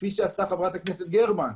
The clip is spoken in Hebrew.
כפי שעשתה חברת הכנסת גרמן,